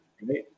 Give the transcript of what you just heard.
Right